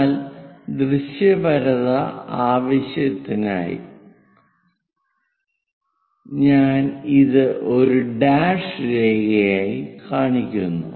എന്നാൽ ദൃശ്യപരത ആവശ്യത്തിനായി ഞാൻ ഇത് ഒരു ഡാഷ് രേഖ ആയി കാണിക്കുന്നു